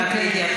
הבנתי.